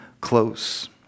close